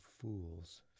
fools